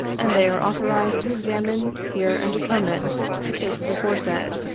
and they are authorized to examine, hear and determine the cases aforesaid,